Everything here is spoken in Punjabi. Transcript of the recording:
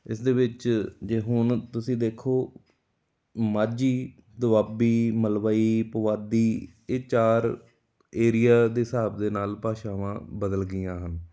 ਇਸ ਦੇ ਵਿੱਚ ਜੇ ਹੁਣ ਤੁਸੀਂ ਦੇਖੋ ਮਾਝੀ ਦੁਆਬੀ ਮਲਵਈ ਪੁਆਧੀ ਇਹ ਚਾਰ ਏਰੀਆ ਦੇ ਹਿਸਾਬ ਦੇ ਨਾਲ ਭਾਸ਼ਾਵਾਂ ਬਦਲ ਗਈਆਂ ਹਨ